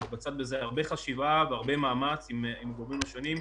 מתבצעת בזה הרבה חשיבה והרבה מאמץ עם הגורמים השונים,